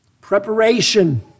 preparation